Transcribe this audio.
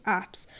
apps